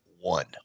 one